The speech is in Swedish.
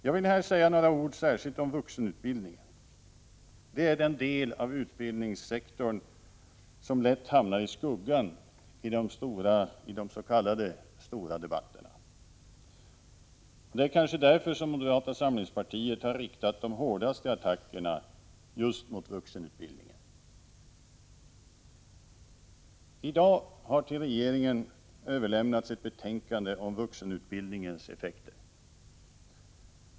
Jag vill särskilt säga några ord om vuxenutbildningen. Det är den del av utbildningssektorn som lätt hamnar i skuggan i de s.k. stora debatterna. Det är kanske därför moderata samlingspartiet har riktat de hårdaste attackerna mot vuxenutbildning. I dag har till regeringen överlämnats ett betänkande om vuxenutbildningens effekter.